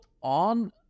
on